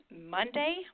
Monday